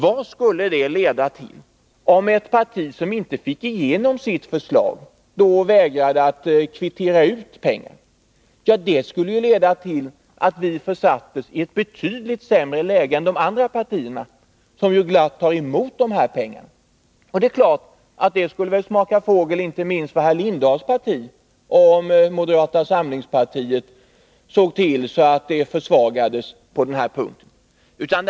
Vad skulle det leda till om ett parti som inte får igenom sitt förslag vägrar att kvittera ut pengarna? Det skulle leda till att det partiet försattes i ett betydligt sämre läge än de andra partierna, som ju glatt tar emot de här pengarna. Det är klart att det skulle smaka fågel, inte minst för herr Lindahls parti, om moderata samlingspartiet försvagades på den här punkten.